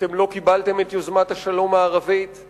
אתם לא קיבלתם את יוזמת השלום הערבית;